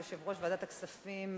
יושב-ראש ועדת הכספים,